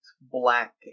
black